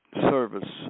service